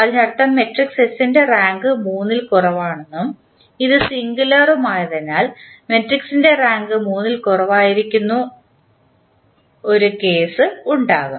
അതിനർത്ഥം matrix S ൻറെ rank 3 ൽ കുറവാണെന്നും ഇത് സിംഗുലാരുംമായതിനാൽ മാട്രിക്സിൻറെ റാങ്ക് 3 ൽ കുറവായിരിക്കുന്നു ഒരു കേസ് ഉണ്ടാകും